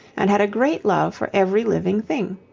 and had a great love for every living thing.